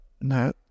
no